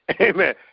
amen